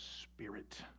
spirit